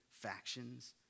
factions